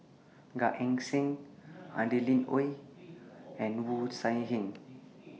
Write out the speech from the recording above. Gan Eng Seng Adeline Ooi and Wu Tsai Yen